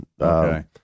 Okay